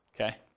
Okay